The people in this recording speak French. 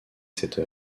cette